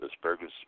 asparagus